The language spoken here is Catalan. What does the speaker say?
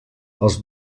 els